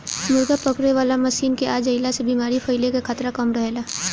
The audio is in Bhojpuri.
मुर्गा पकड़े वाला मशीन के आ जईला से बेमारी फईले कअ खतरा कम रहेला